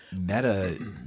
meta